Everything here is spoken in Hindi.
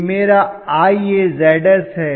यह मेरा IaZs है